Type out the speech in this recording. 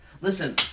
Listen